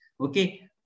Okay